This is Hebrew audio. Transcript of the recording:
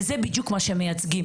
וזה בדיוק מה שהם מייצגים,